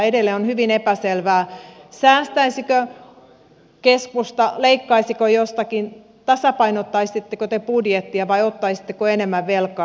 edelleen on hyvin epäselvää säästäisikö keskusta leikkaisiko jostakin tasapainottaisitteko te budjettia vai ottaisitteko enemmän velkaa